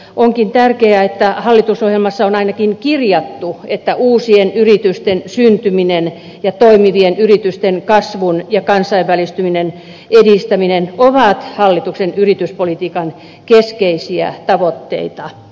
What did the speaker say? onkin tärkeää että hallitusohjelmassa on ainakin kirjattu että uusien yritysten syntyminen ja toimivien yritysten kasvun ja kansainvälistymisen edistäminen ovat hallituksen yrityspolitiikan keskeisiä tavoitteita